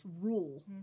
rule